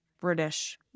British